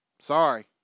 Sorry